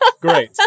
Great